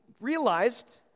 realized